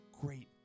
great